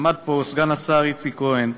עמד פה סגן השר איציק כהן,